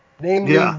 namely